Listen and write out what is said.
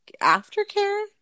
aftercare